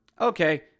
Okay